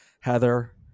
Heather